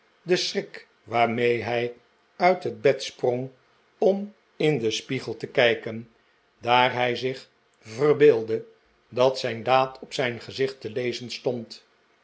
de schrik waarmee hij uit het bed sprong om in den spiegel te kijken daar hij zich verbeeldde dat zijn daad op zijn gezicht te lezen stond